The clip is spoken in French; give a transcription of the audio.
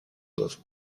doivent